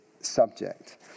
subject